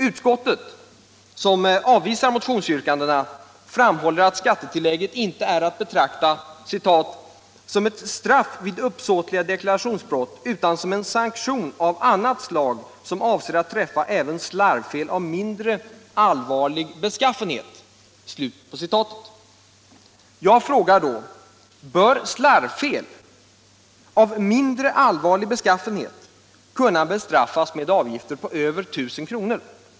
Utskottet, som avvisar motionsyrkandena, framhåller att skattetillägget inte är att betrakta ”som ett straff vid uppsåtliga deklarationsbrott utan som en sanktion av annat slag som avser att träffa även slarvfel av mindre allvarlig beskaffenhet”. Jag frågar därför: Bör slarvfel av ”mindre allvarlig beskaffenhet” kunna bestraffas med avgifter på över 1000 kr.?